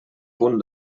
punt